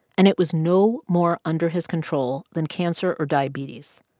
and it was no more under his control than cancer or diabetes.